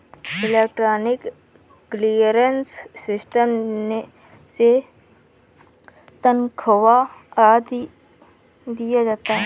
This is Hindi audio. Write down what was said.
इलेक्ट्रॉनिक क्लीयरेंस सिस्टम से तनख्वा आदि दिया जाता है